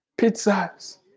pizzas